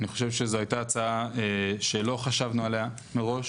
אני חושב שזאת הייתה הצעה שלא חשבנו עליה מראש,